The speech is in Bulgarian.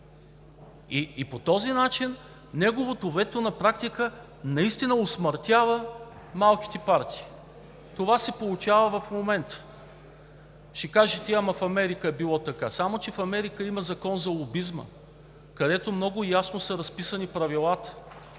По този начин неговото вето на практика наистина усмъртява малките партии. Това се получава в момента. Ще кажете: „Ама в Америка било така“, само че в Америка има Закон за лобизма, където много ясно са разписани правилата.